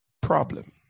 problem